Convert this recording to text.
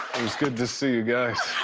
good to see you guys.